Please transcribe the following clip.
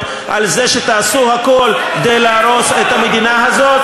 על זה שתעשו הכול כדי להרוס את המדינה הזאת.